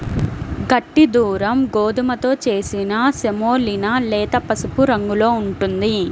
గట్టి దురుమ్ గోధుమతో చేసిన సెమోలినా లేత పసుపు రంగులో ఉంటుంది